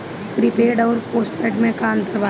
Prepaid अउर postpaid में का अंतर बाटे?